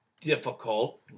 difficult